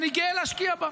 ואני גאה להשקיע בה.